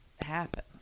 happen